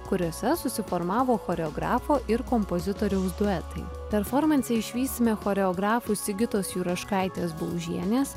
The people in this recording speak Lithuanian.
kuriose susiformavo choreografo ir kompozitoriaus duetai performanse išvysime choreografų sigitos juraškaitės baužienės